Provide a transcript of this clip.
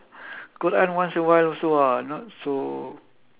quran once in awhile also ah not so